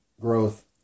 growth